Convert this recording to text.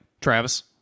Travis